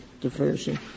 diversion